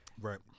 Right